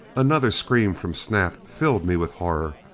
another scream from snap filled me with horror.